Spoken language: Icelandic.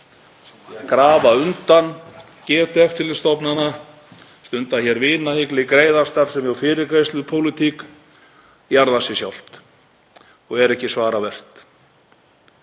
að grafa undan getu eftirlitsstofnana, stunda vinahygli, greiðastarfsemi og fyrirgreiðslupólitík jarða sig sjálfar og er ekki svaraverðar.